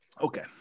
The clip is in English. okay